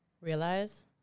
realize